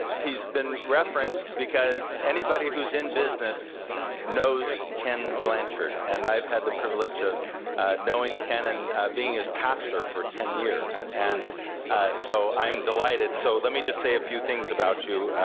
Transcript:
he's been referenced because anybody who's in business knows ken blanchard, and i've had the privilege of knowing ken and being his pastor for ten years, and so i'm delighted. so lemme just say a few things about you,